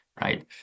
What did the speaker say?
right